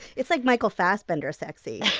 it's like michael fassbender sexy.